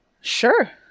Sure